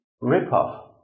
rip-off